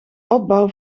opbouw